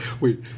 wait